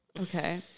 Okay